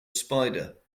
spider